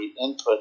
input